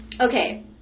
Okay